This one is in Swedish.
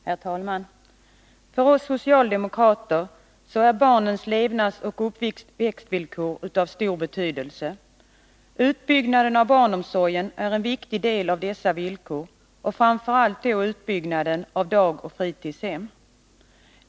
Herr talman! För oss socialdemokrater är barnens levnadsoch uppväxtvillkor av stor betydelse. Utbyggnaden av barnomsorgen är en viktig del av dessa villkor — och framför allt utbyggnaden av dagoch fritidshem.